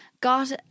got